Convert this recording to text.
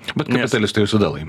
bet kapitalistai visada laimi